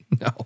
no